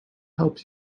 help